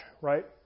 right